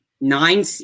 Nine